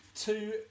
Two